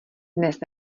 dnes